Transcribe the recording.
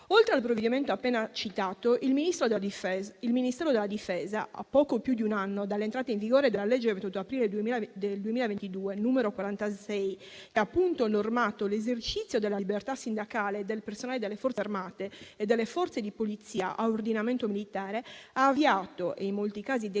oltre al provvedimento citato il Ministero, a poco più di un anno dall'entrata in vigore della legge 28 aprile 2022, n. 46, che ha normato l'esercizio della libertà sindacale del personale delle forze armate e delle forze di polizia a ordinamento militare, ha avviato (e, in molti casi, definito)